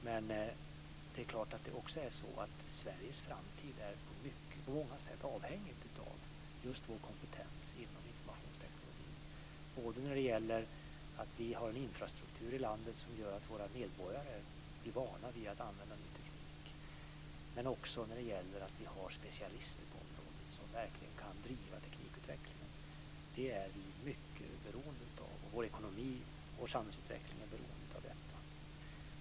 Men det är klart att Sveriges framtid på många sätt är avhängigt just vår kompetens inom informationsteknologin. Vi har en infrastruktur i landet som gör att våra medborgare är vana vid att använda ny teknik. Vi har också specialister på området som verkligen kan driva teknikutvecklingen. Det är vi mycket beroende av, och vår ekonomi och vår samhällsutveckling är beroende av detta.